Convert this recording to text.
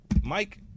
Mike